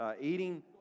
eating